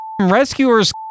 rescuer's